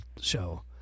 show